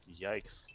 Yikes